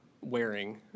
wearing